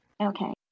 okay